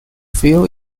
fill